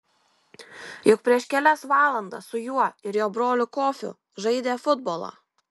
juk prieš kelias valandas su juo ir jo broliu kofiu žaidė futbolą